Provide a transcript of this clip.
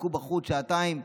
חיכו בחוץ שעתיים.